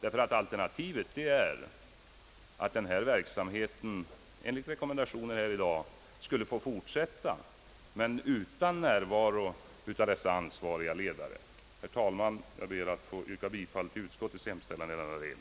Enda alternativet är att denna verksamhet enligt rekommendationer här i dag skulle få fortsätta men utan närvaro av de ansvariga ledarna. Herr talman! Jag ber att få yrka bifall till utskottets hemställan i denna del.